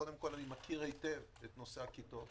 אני מכיר היטב את נושא הכיתות,